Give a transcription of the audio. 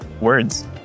words